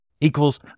equals